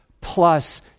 plus